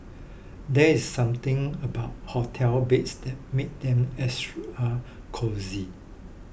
there is something about hotel beds that makes them extra cosy